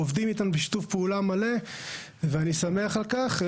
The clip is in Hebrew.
עובדים איתנו בשיתוף פעולה מלא ואני שמח על כך.